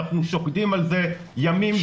אנחנו שוקדים על זה ימים ושעות.